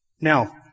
Now